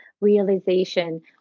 realization